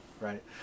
right